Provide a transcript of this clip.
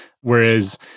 Whereas